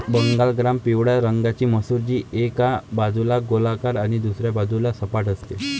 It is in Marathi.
बंगाल ग्राम पिवळ्या रंगाची मसूर, जी एका बाजूला गोलाकार आणि दुसऱ्या बाजूला सपाट असते